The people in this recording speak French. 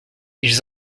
ils